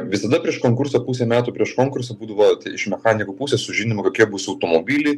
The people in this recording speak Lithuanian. visada prieš konkursą pusė metų prieš konkursą būdavo iš mechanikų pusės sužinoma kokie bus automobiliai